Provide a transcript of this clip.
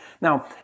Now